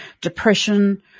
depression